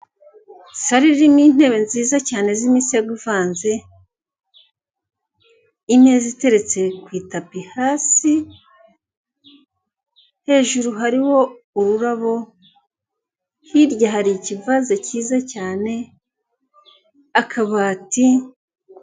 Saro irimo intebe nziza cyane z'imisego ivanze, ineza iteretse ku itapi hasi, hejuru hariho ururabo, hirya hari ikivaze cyiza cyane, akabati.